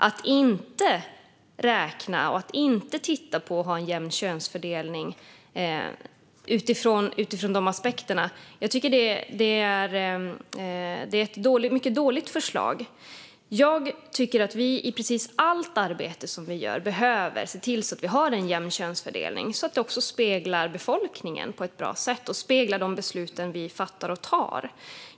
Att inte räkna och inte titta på en jämn könsfördelning tycker jag, utifrån dessa aspekter, är ett mycket dåligt förslag. Jag tycker att vi i precis allt arbete vi gör behöver se till att vi har en jämn könsfördelning, som speglar befolkningen på ett bra sätt och speglar de beslut vi fattar.